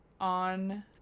On